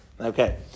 Okay